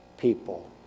people